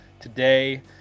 Today